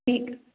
ठीक है